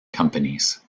companies